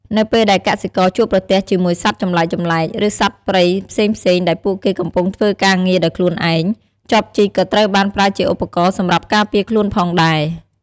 នៅពេលដែលកសិករជួបប្រទះជាមួយសត្វចម្លែកៗ ឬសត្វព្រៃផ្សេងៗដែលពួកគេកំពុងធ្វើការងារដោយខ្លួនឯង ចបជីកក៏ត្រូវបានប្រើជាឧបករណ៍សម្រាប់ការពារខ្លួនផងដែរ។